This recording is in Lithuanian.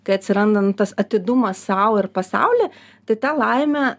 kai atsirandan tas atidumas sau ir pasauly tai ta laimė